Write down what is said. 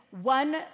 one